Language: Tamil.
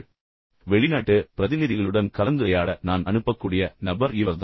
எனவே வெளிநாட்டு பிரதிநிதிகளுடன் கலந்துரையாட நான் அனுப்பக்கூடிய நபர் இவர்தான்